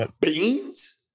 beans